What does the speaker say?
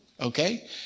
okay